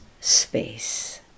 space